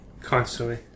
constantly